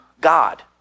God